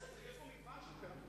בסדר, יש פה מגוון של טעמים.